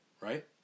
right